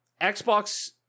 Xbox